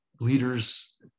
leaders